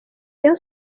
rayon